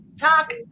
talk